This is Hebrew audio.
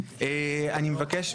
היטל על שקית נשיאה חד-פעמית),